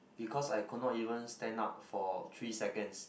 because I could not even stand up for three seconds